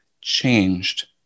changed